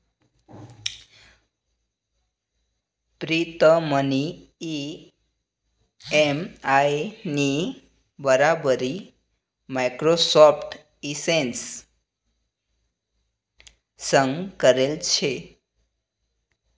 प्रीतमनी इ.एम.आय नी बराबरी माइक्रोसॉफ्ट एक्सेल संग करेल शे